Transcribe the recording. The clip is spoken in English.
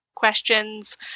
questions